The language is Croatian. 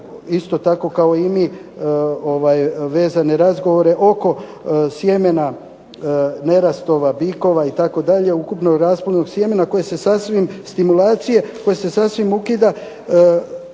isto tako kao i mi vezane razgovore oko sjemena nerastova, bikova itd., ukupnog rasplodnog sjemena, stimulacije koja se sasvim ukida.